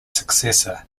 successor